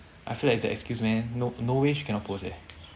I feel like it's an excuse man no no way she cannot post eh